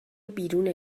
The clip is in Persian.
بیرون